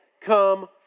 come